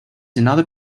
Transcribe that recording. another